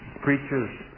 preachers